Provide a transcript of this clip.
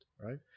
right